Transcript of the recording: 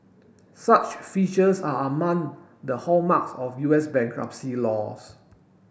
such features are among the hallmarks of U S bankruptcy laws